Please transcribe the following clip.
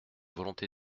volonté